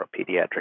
pediatric